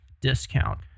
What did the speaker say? discount